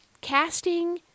Casting